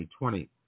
2020